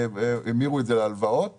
המירו את זה להלוואות